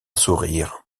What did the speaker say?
sourire